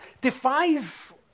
defies